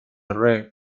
rep